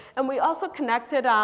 and we also connected, um